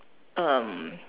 um